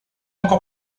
encore